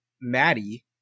Maddie